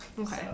Okay